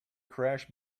crash